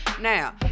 Now